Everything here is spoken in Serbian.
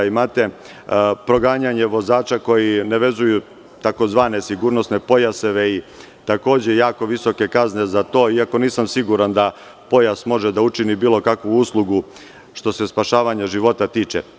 Imate proganjanje vozača koji ne vezuju tzv. pojaseve i takođe visoke kazne za to, iako nisam siguran da pojas može da učini bilo kakvu uslugu što se spašavanja života tiče.